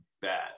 bad